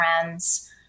friends